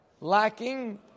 lacking